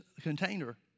container